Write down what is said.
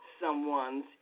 someone's